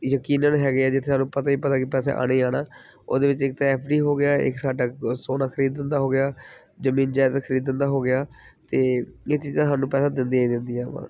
ਯਕੀਨਨ ਹੈਗੇ ਆ ਜਿੱਥੇ ਸਾਨੂੰ ਪਤਾ ਹੀ ਪਤਾ ਕਿ ਪੈਸਾ ਆਉਣਾ ਹੀ ਆਉਣਾ ਉਹਦੇ ਵਿੱਚ ਇੱਕ ਤਾਂ ਐਫ ਡੀ ਹੋ ਗਿਆ ਇੱਕ ਸਾਡਾ ਸੋਨਾ ਖਰੀਦਣ ਦਾ ਹੋ ਗਿਆ ਜ਼ਮੀਨ ਜਾਇਦਾਦ ਖਰੀਦਣ ਦਾ ਹੋ ਗਿਆ ਅਤੇ ਇਹ ਚੀਜ਼ਾਂ ਸਾਨੂੰ ਪੈਸਾ ਦਿੰਦੀਆਂ ਹੀ ਦਿੰਦੀਆਂ ਵਾ